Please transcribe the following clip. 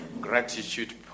Gratitude